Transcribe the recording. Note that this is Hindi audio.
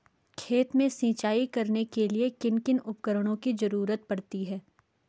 खेत में सिंचाई करने के लिए किन किन उपकरणों की जरूरत पड़ती है?